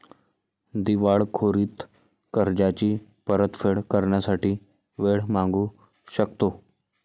दिवाळखोरीत कर्जाची परतफेड करण्यासाठी वेळ मागू शकतो